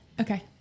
Okay